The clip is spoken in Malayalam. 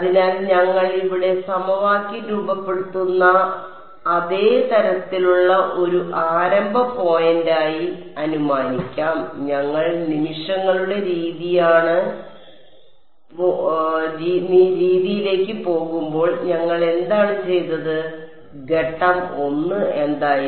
അതിനാൽ ഞങ്ങൾ ഇവിടെ സമവാക്യം രൂപപ്പെടുത്തുന്ന അതേ തരത്തിലുള്ള ഒരു ആരംഭ പോയിന്റായി അനുമാനിക്കും ഞങ്ങൾ നിമിഷങ്ങളുടെ രീതിയിലേക്ക് പോകുമ്പോൾ ഞങ്ങൾ എന്താണ് ചെയ്തത് ഘട്ടം 1 എന്തായിരുന്നു